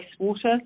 wastewater